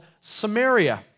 Samaria